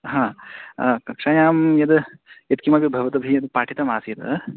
हा कक्षायां यद् यत्किमपि भवद्भिः पाठितम् आसीत्